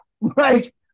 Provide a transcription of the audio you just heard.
Right